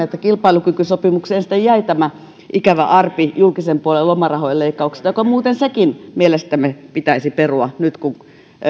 että kilpailukykysopimukseen sitten jäi tämä ikävä arpi julkisen puolen lomarahojen leikkauksesta joka muuten sekin mielestämme pitäisi perua nyt kun